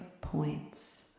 points